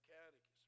Catechism